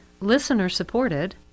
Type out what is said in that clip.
listener-supported